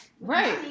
right